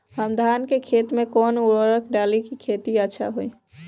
हम धान के खेत में कवन उर्वरक डाली कि खेती अच्छा होई?